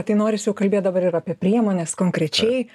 tai norisi jau kalbėt dabar ir apie priemones konkrečiai